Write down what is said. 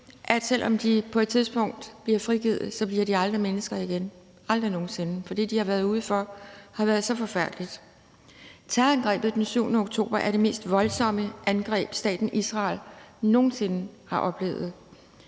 selv om de på et tidspunkt bliver frigivet, aldrig bliver mennesker igen, aldrig nogen sinde. For det, de har været ude for, har været så forfærdeligt. Terrorangrebet den 7. oktober er det mest voldsomme angreb, staten Israel nogen sinde har oplevet.